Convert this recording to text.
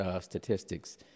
statistics